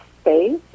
space